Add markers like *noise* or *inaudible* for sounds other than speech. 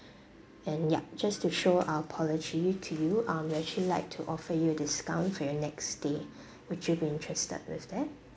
and yup just to show our apology to you um we actually like to offer you a discount for your next stay *breath* would you be interested with that